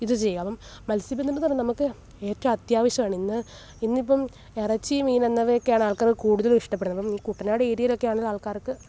ഇതു ചെയ്യും അപ്പം മത്സ്യബന്ധനമെന്നു പറഞ്ഞാൽ നമുക്ക് ഏറ്റവും അത്യാവശ്യമാണ് ഇന്ന് ഇന്നിപ്പം ഇറച്ചി മീന് എന്നിവയൊക്കെയാണ് ആള്ക്കാർ കൂടുതലും ഇഷ്ടപ്പെടുന്നത് ഈ കുട്ടനാട് ഏരിയയിലൊക്കെയാണേൽ ആള്ക്കാര്ക്ക്